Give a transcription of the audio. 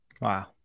Wow